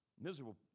miserable